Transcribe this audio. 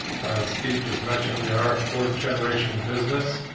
steve just mentioned we are a fourth generation business,